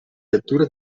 lettura